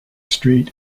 street